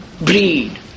breed